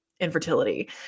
infertility